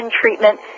treatment